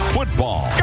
Football